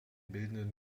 bildenden